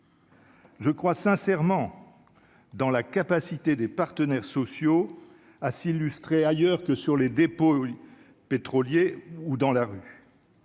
Je crois sincèrement dans la capacité des partenaires sociaux à s'illustrer ailleurs que sur les dépôts pétroliers ou dans la rue.